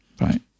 Right